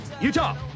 Utah